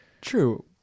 True